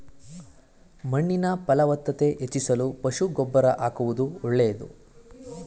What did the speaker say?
ಮಣ್ಣಿನ ಫಲವತ್ತತೆ ಹೆಚ್ಚಿಸಲು ಪಶು ಗೊಬ್ಬರ ಆಕುವುದು ಒಳ್ಳೆದು